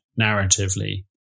narratively